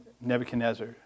Nebuchadnezzar